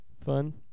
fun